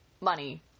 money